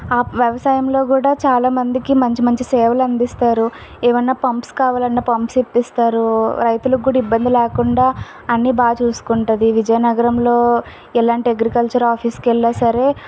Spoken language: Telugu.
ఆ వ్యవసాయంలో కూడా చాలామందికి మంచి మంచి సేవలు అందిస్తారు ఏవైన్నా పంప్స్ కావాలన్నా పంప్స్ ఇప్పిస్తారు రైతులకు కూడా ఇబ్బంది లేకుండా అన్నీ బాగా చూసుకుంటుంది విజయనగరంలో ఎలాంటి అగ్రికల్చర్ ఆఫీస్కి వెళ్ళినా సరే